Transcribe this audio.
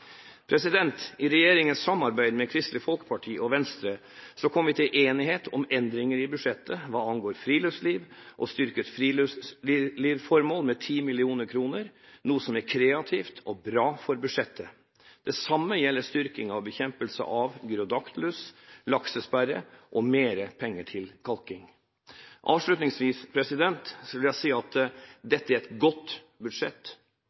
I regjeringens samarbeid med Kristelig Folkeparti og Venstre kom vi til enighet om endringer i budsjettet hva angår friluftsliv, og styrket friluftslivsformål med 10 mill. kr, noe som er kreativt og bra for budsjettet. Det samme gjelder styrking av bekjempelse av Gyrodactylus, laksesperre og mer penger til kalking. Avslutningsvis vil jeg si at dette er et godt budsjett,